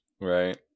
right